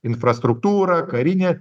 infrastruktūra karinė